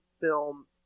film